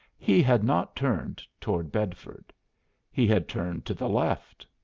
he had not turned toward bedford he had turned to the left.